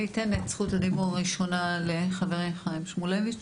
אני אתן את זכות הדיבור ראשונה לחברי חיים שמולביץ.